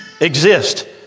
exist